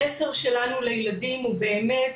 המסר שלנו לילדים הוא באמת,